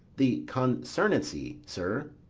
the concernancy, sir?